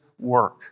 work